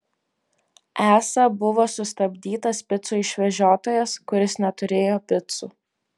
esą buvo sustabdytas picų išvežiotojas kuris neturėjo picų